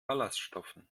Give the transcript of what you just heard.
ballaststoffen